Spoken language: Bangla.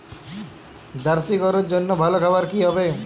জার্শি গরুর জন্য ভালো খাবার কি হবে?